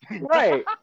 Right